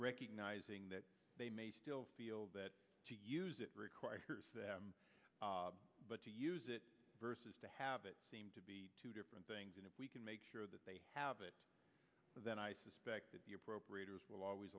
recognizing that they may still feel that to use it require but to use it versus to have it seem to be two different things and if we can make sure that they have it then i suspect your probe readers will always